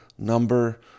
number